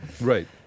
Right